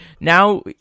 Now